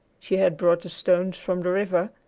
she had brought the stones from the river,